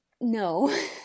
No